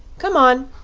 come on,